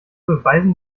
beweisen